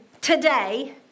today